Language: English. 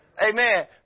Amen